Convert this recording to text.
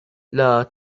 the